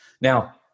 Now